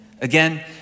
Again